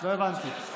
לא הבנתי.